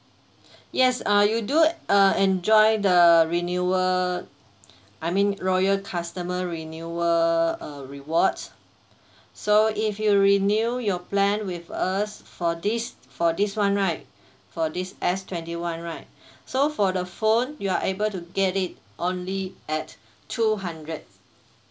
yes uh you do uh enjoy the renewal I mean royal customer renewal uh rewards so if you renew your plan with us for this for this [one] right for this S twenty one right so for the phone you are able to get it only at two hundred